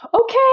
okay